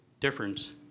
difference